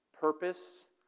purpose